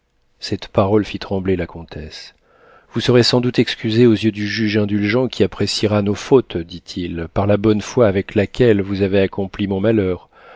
cette parole fit trembler la comtesse vous serez sans doute excusée aux yeux du juge indulgent qui appréciera nos fautes dit-il par la bonne foi avec laquelle vous avez accompli mon malheur